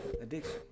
Addiction